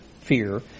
fear